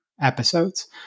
episodes